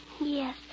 Yes